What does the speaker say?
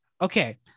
Okay